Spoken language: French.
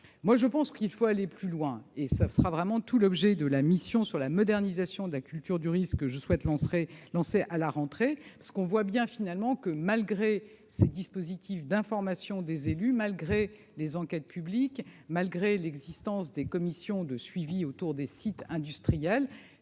pour ma part, qu'il faut aller plus loin ; tout l'objet de la mission sur la modernisation de la culture du risque que je souhaite lancer à la rentrée sera là. On voit bien en effet qu'en définitive, malgré ces dispositifs d'information des élus, malgré les enquêtes publiques, malgré l'existence des commissions de suivi autour des sites industriels,